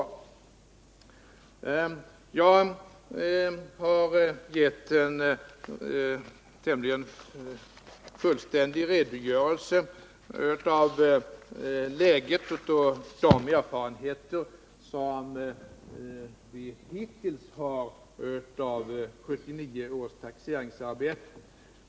Jag har gett en tämligen fullständig redogörelse för läget och för de Nr 32 hittillsvarande erfarenheterna av 1979 års taxeringsarbete.